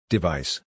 Device